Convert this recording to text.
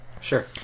sure